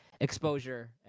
exposure